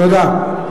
תודה.